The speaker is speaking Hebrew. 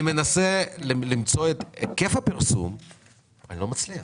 כשאני מנסה למצוא את היקף הפרסום אני לא מצליח.